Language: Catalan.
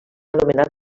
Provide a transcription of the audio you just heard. anomenar